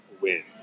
win